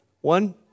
one